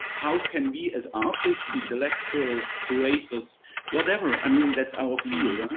how can we as artists, intellectuals, creators, whatever. i mean, that's our field. um